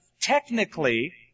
technically